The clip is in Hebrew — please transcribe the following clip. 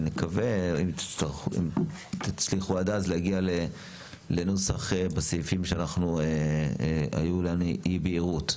אם תצליחו עד אז להגיע לנוסח בסעיפים שהיו אי בהירויות,